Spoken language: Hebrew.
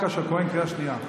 קריאה ראשונה.